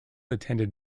attended